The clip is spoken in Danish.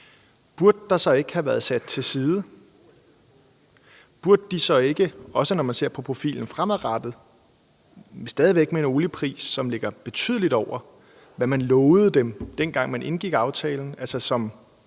burde der så ikke have været sat til side? Når man ser på profilen fremadrettet, stadig væk med en oliepris, som ligger betydeligt over, hvad de blev lovet, dengang aftalen blev